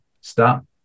stop